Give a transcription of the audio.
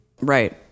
Right